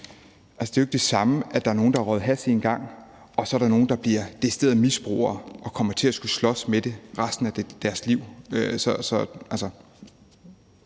det er jo ikke det samme, at der er nogle, der har røget hash én gang, og at der så er nogle, der bliver decideret misbrugere og kommer til at skulle slås med det resten af deres liv.